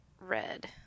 Red